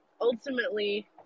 ultimately